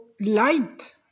light